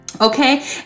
okay